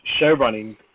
showrunning